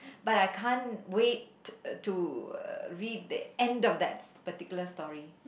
but I can't wait to uh read the end of that particular story